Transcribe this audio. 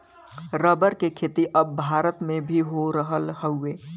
rubber के खेती अब भारत में भी हो रहल हउवे